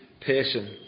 person